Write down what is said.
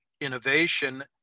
innovation